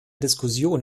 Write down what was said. diskussion